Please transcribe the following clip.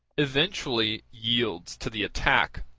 eventually yields to the attack.